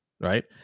Right